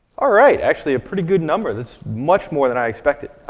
all right. actually a pretty good number. that's much more than i expected.